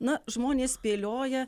na žmonės spėlioja